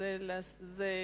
זה מליאה.